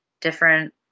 different